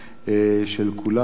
של כולנו,